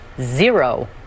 zero